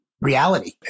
reality